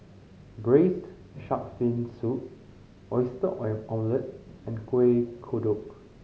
Braised Shark Fin Soup oyster oil omelette and Kueh Kodok